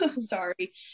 sorry